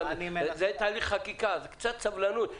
זה הליך חקיקה, אז קצת סבלנות.